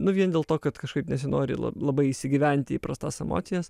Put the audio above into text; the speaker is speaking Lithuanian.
nu vien dėl to kad kažkaip nesinori labai įsigyventi į prastas emocijas